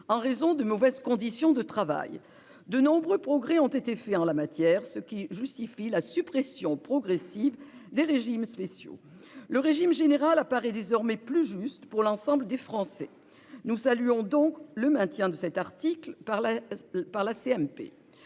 en raison de mauvaises conditions de travail. De nombreux progrès ont été réalisés en la matière, ce qui justifie leur suppression progressive. Le régime général apparaît désormais plus juste pour l'ensemble des Français. Nous saluons donc le maintien de cette mesure par la CMP.